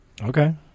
Okay